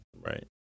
Right